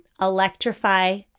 electrify